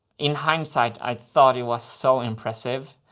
in hindsight, i thought it was so impressive.